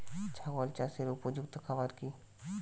ছাগল চাষের উপযুক্ত খাবার কি কি?